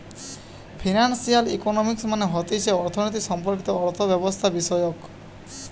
financial economics মানে হতিছে অর্থনীতি সম্পর্কিত অর্থব্যবস্থাবিষয়ক